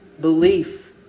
Belief